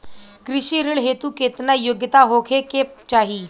कृषि ऋण हेतू केतना योग्यता होखे के चाहीं?